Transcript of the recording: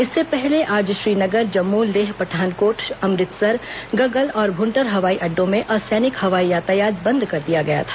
इससे पहले आज श्रीनगर जम्म लेह पठानकोट अमृतसर गगल और भूंटर हवाई अड्डों में असैनिक हवाई यातायात बंद कर दिया गया था